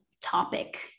topic